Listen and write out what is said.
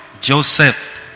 joseph